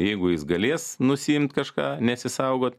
jeigu jis galės nusiimt kažką nesisaugo